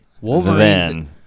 Wolverine